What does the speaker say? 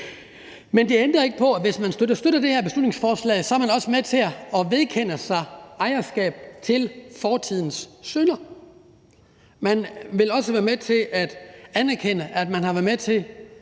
Men det ændrer ikke på, at hvis man støtter det her beslutningsforslag, er man også med til at vedkende sig ejerskab af fortidens synder, man vil også være med til at anerkende, at man har været med til